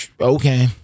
Okay